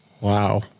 Wow